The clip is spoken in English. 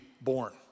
born